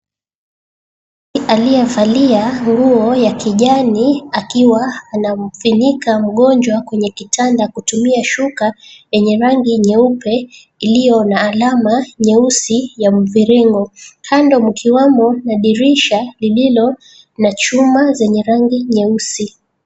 Alliyevalia nguo ya kijani akiwa anamfunika mgonjwa kwenye kitanda kutumia shuka yenye rangi nyeupe iliyo na alama nyeusi ya mviringo. Kando mkiwemo na dirisha lililo na chuma zenye rangi nyeusi.